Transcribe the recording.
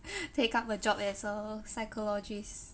take up a job as a psychologist